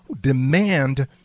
demand